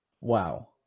Wow